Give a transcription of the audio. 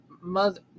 mother